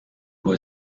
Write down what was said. può